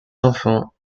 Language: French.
enfants